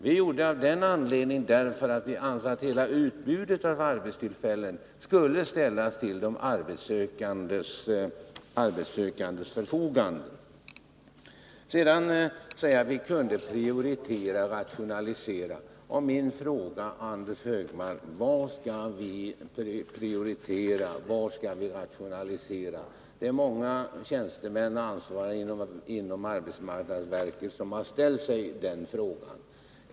Vi gjorde det därför att vi ansåg att hela utbudet av arbetstillfällen skulle ställas till de arbetssökandes förfogande. Anders Högmark säger att vi kan prioritera och rationalisera. Min fråga till Anders Högmark blir: Vad skall vi prioritera och var skall vi rationalisera? Det är många tjänstemän och ansvariga inom arbetsmarknadsverket som har ställt sig den frågan.